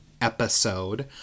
episode